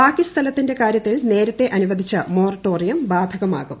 ബാക്കി സ്ഥലത്തിന്റെ കാരൃത്തിൽ നേരത്തെ അനുവദിച്ച മൊറൊട്ടോറിയം ബാധകമാകും